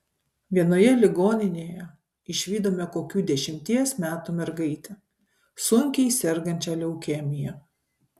vienoje ligoninėje išvydome kokių dešimties metų mergaitę sunkiai sergančią leukemija